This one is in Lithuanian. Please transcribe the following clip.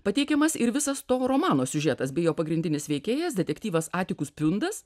pateikiamas ir visas to romano siužetas bei jo pagrindinis veikėjas detektyvas atikus piundas